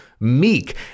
Meek